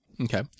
Okay